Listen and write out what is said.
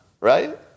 Right